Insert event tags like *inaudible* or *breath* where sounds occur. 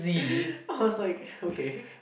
*breath* I was like okay *laughs*